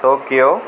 Tokyo